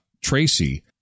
Tracy